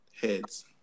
Heads